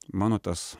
mano tas